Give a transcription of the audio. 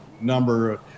number